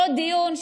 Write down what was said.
אותו דיון,